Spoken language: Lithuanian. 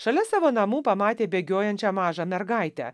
šalia savo namų pamatė bėgiojančią mažą mergaitę